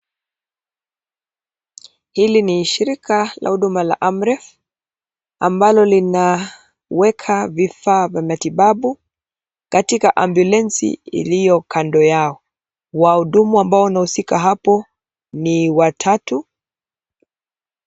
Hili ni shirika la huduma la AMREF ambalo linaweka vifaa vya matibabu katika ambulensi iliyo kando yao. Wahudumu ambao wanahusika hapo ni watatu.